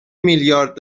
میلیارد